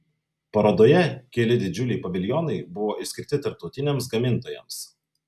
parodoje keli didžiuliai paviljonai buvo išskirti tarptautiniams gamintojams